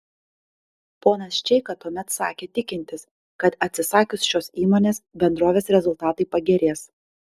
ponas čeika tuomet sakė tikintis kad atsisakius šios įmonės bendrovės rezultatai pagerės